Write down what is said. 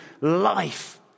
life